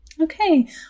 Okay